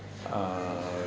err